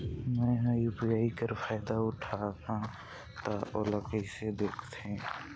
मैं ह यू.पी.आई कर फायदा उठाहा ता ओला कइसे दखथे?